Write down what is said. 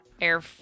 Air